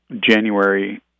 January